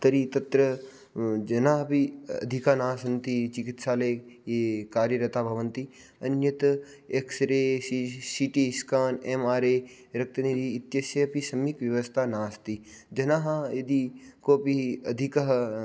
तर्हि तत्र जनाः अपि अधिकाः न सन्ति चिकित्सालये ये कार्यरताः भवन्ति अन्यत् X ray C T scan M R A रक्तनिधिः इत्यस्य अपि सम्यक् व्यवस्था नास्ति जनाः यदि कोऽपि अधिकः